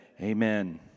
Amen